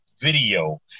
video